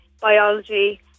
biology